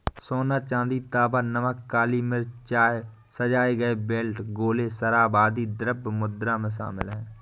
सोना, चांदी, तांबा, नमक, काली मिर्च, चाय, सजाए गए बेल्ट, गोले, शराब, आदि द्रव्य मुद्रा में शामिल हैं